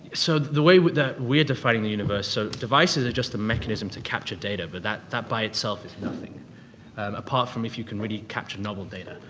so, the way that we're dividing the universe-so devices are just the mechanism to capture data. but that that by itself is nothing apart from if you can really capture novel data.